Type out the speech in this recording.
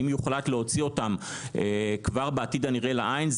להוציא אותם כבר בעתיד הנראה לעין,